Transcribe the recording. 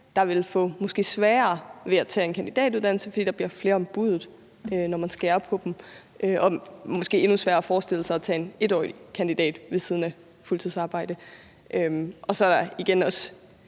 vil få sværere ved at tage en kandidatuddannelse, fordi der bliver flere om buddet, når man skærer på dem; måske bliver det endnu sværere at forestille sig at tage en 1-årig kandidat ved siden af et fuldtidsarbejde. Og så er der igen også